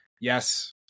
Yes